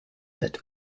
that